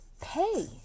pay